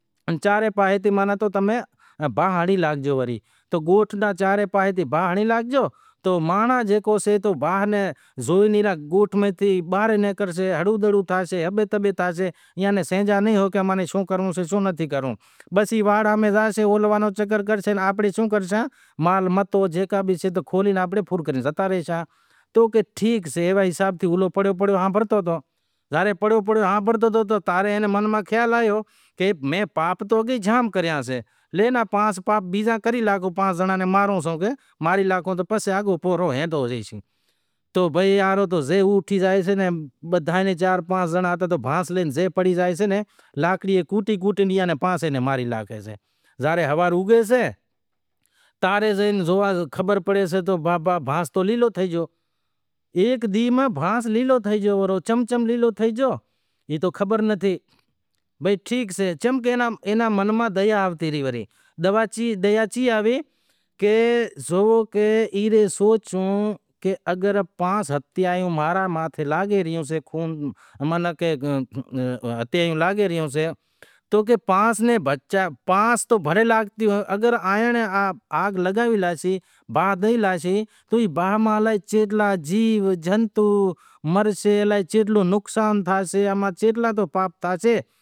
ویواہ تھے، دہاڑا پکا تھا پسے وڑے آنپڑا پھیرا تھیا پھیرا تھے پسے وڑے مانڈو ہتو ائیں پسے وڑے جیکو بھی سئے دھرم روں پسے جیکو بھی سئے دھاگا وگیراہ جیکو بھی کھولاسیں، ایئاں ری ای ریت رسم کراسیں پسے میندی رات جیکو ہوئیسے پسے مہمان وگیراہ جیکو بھی آئیسے پسے جیوو حال ہوشے دعوت کری پسے وڑے ریت رسم کراں سیں میندی سجاواں سیں ہلدی ہنڑاں سیں، ہلدی ہنڑے پسے وڑے جیکو بھی سئے جیکو بھی ریت رسم سے ای کراں سین، جیوی ریت رسم سی ایئاں میں کراسیئاں، اینا علاوہ امارا، جیکو بھی سئے لیڈیز سے بار بچو جیکو بھی سے ایئے اکثر کرے زو امیں کھاشو ساڑہی وارو لباس تھئی گیو شئے انیں علاوہ جیکو بھی سئے تیار تھے زانیں تیار تھے پسے زایاسیئاں، تیار تھے پسے سیڑے کوئی پرب آوے پرب مطلب بارہاں مینڑا رو پرب آوہسے دواری تھی ہولا تھی ہولی تھی کوئی آنپڑے شیو راتڑی تھی ماہا شیو راتڑی جیکو سئے ایئے میں پوری رات امیں زاگاں سیئاں اینو ورت راکھی سیئاں، چوویہ کلاک رو ایہڑو ورت ہوئیسے ہوارو نوں تقریبن چھ ہجے سیں شروع تھائے بیزے دہاڑے زائے شیو راتڑی رو امیں ورت کھولاں سیئاں۔